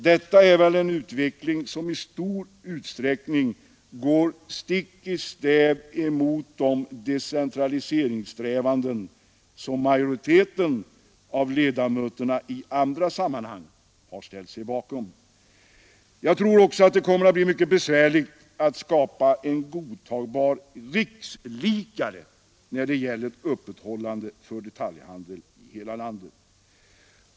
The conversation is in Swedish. Detta är väl en utveckling som i stor utsträckning går stick i stäv emot de decentraliseringssträvanden som majoriteten av ledamöterna i andra sammanhang har ställt sig bakom. Jag tror också att det kommer att bli mycket besvärligt att skapa en godtagbar rikslikare när det gäller öppethållandet för detaljhandeln i hela landet.